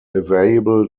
available